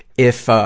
if, ah,